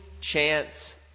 chance